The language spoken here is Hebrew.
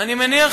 אני מניח,